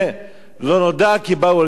לא נודע כי באו אל קרבנה.